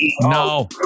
No